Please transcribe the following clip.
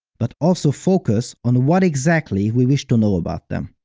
but also focus on what exactly we wish to know about them.